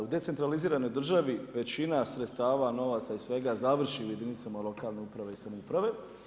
U decentraliziranoj državi većina sredstava, novaca i svega završi u jedinicama lokalne uprave i samouprave.